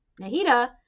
Nahida